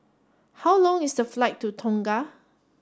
how long is the flight to Tonga